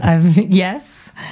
Yes